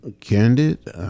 candid